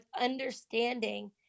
understanding